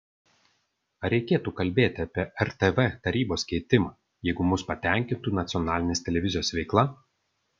ar reikėtų kalbėti apie rtv tarybos keitimą jeigu mus patenkintų nacionalinės televizijos veikla